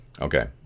Okay